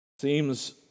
seems